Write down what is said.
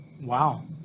Wow